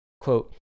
quote